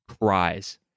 cries